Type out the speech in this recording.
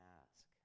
ask